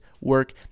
work